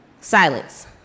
Silence